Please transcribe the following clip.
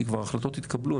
כי כבר החלטות התקבלו.